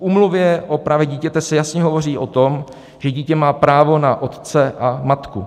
V Úmluvě o právech dítěte se jasně hovoří o tom, že dítě má právo na otce a matku.